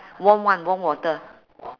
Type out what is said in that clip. warm one warm water